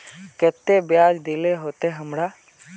केते बियाज देल होते हमरा?